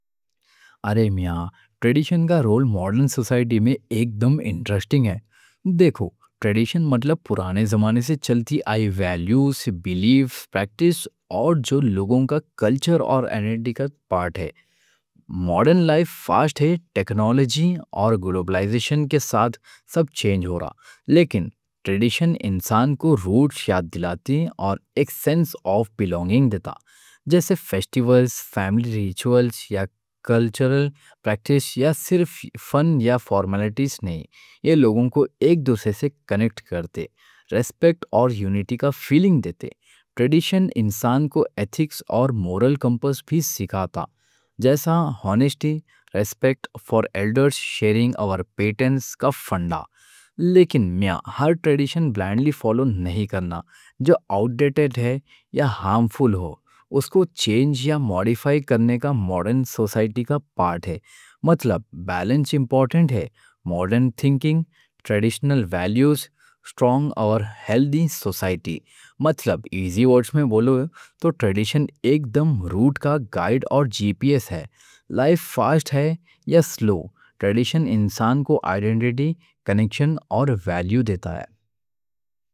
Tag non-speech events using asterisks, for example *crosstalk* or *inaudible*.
ارے میاں ٹریڈیشن کا رول موڈرن سوسائٹی میں ایک دم انٹرسٹنگ ہے۔ دیکھو ٹریڈیشن مطلب پرانے زمانے سے چلتی آئی ویلیوز، پریکٹس اور جو لوگوں کا کلچر اور آئیڈینٹیٹی کا پارٹ ہے۔ موڈرن لائف فاسٹ ہے، ٹیکنالوجی اور گلوبلائزیشن کے ساتھ سب چینج ہو رہا۔ لیکن ٹریڈیشن انسان کو روٹ یاد دلاتی اور ایک سینس آف بِلانگنگ دیتا۔ جیسے فیسٹیولز، فیملی ریچولز *hesitation* یا کلچرل پریکٹس یا صرف *hesitation* فن یا فارمیلٹیز نہیں، یہ لوگوں کو۔ ایک دوسرے سے کنیکٹ کرتے، ریسپیکٹ اور یونٹی کا فیلنگ دیتے۔ ٹریڈیشن انسان کو ایتھکس اور مورل کمپاس بھی سکھاتا، جیسا آنَسٹی، ریسپیکٹ فار ایلڈرز، شیئرنگ اور پییشنس کا فنڈا۔ لیکن میاں ہر ٹریڈیشن بلائنڈلی فالو نہیں کرنا؛ جو آؤٹ ڈیٹڈ ہے یا ہارمفل ہو، اس کو چینج یا موڈیفائی کرنا موڈرن سوسائٹی کا پارٹ ہے۔ مطلب بیلنس امپورٹنٹ ہے؛ موڈرن تھنکنگ، ٹریڈیشَنل ویلیوز، اسٹرونگ اور ہیلتھی سوسائٹی۔ ایزی ورڈز میں بولو تو ٹریڈیشن ایک دم روٹ کا گائیڈ اور جی پی ایس ہے۔ لائف فاسٹ ہے یا سلو، ٹریڈیشن انسان کو آئیڈینٹیٹی، کنیکشن اور ویلیو دیتا ہے۔